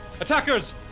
Attackers